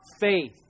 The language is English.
faith